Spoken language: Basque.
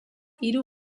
hiru